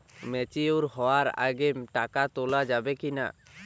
Mature হওয়ার আগে টাকা তোলা যাবে কিনা?